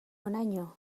honaino